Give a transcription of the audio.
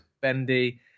bendy